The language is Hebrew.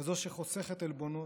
כזו שחוסכת עלבונות,